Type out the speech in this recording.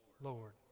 Lord